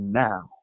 now